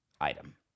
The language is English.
item